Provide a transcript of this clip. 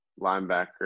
linebacker